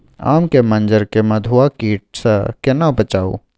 आम के मंजर के मधुआ कीट स केना बचाऊ?